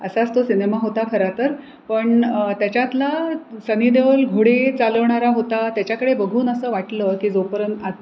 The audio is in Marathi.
असाच तो सिनेमा होता खरं तर पण त्याच्यातला सनी देवोल घोडे चालवणारा होता त्याच्याकडे बघून असं वाटलं की जोपर्यंत आत